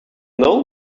know